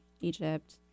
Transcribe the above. Egypt